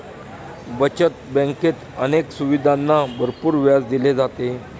बचत बँकेत अनेक सुविधांना भरपूर व्याज दिले जाते